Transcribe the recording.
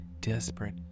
desperate